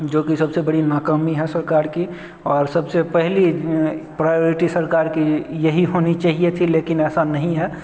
जो कि सबसे बड़ी नाकामी है सरकार की और सबसे पहली प्रायोरिटी सरकार की यही होनी चाहिए थी लेकिन ऐसा नहीं है